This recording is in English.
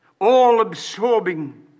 all-absorbing